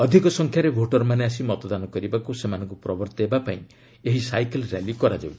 ଅଧିକ ସଂଖ୍ୟାରେ ଭୋଟରମାନେ ଆସି ମତଦାନ କରିବାକୁ ସେମାନଙ୍କୁ ପ୍ରବର୍ତ୍ତାଇବା ପାଇଁ ଏହି ସାଇକେଲ୍ ର୍ୟାଲି କରାଯାଉଛି